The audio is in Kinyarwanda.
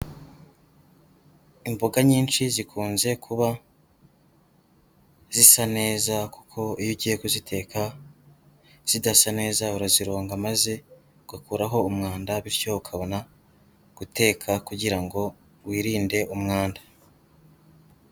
Imboga nyinshi zikunze kuba zisa neza kuko iyo ugiye kuziteka zidasa neza urazironga maze, ugakuraho umwanda bityo ukabona guteka kugira ngo wirinde umwanda.